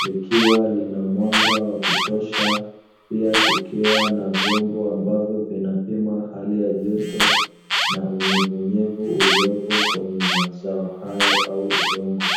likiwa lina mwanga wa kutosha pia kukiwa na vyombo vinapima hali ya joto na unyevunyevu uliopo kwenye mazao hayo au udongo.